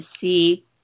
see